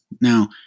Now